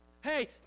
Hey